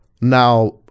now